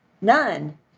none